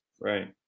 right